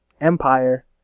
empire